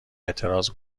اعتراض